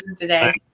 today